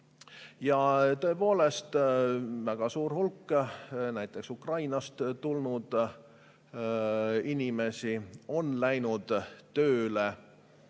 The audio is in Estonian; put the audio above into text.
Tõepoolest, väga suur hulk näiteks Ukrainast tulnud inimesi on läinud siin tööle.